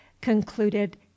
concluded